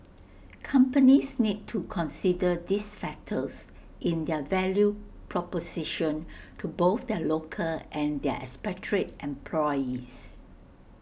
companies need to consider these factors in their value proposition to both their local and their expatriate employees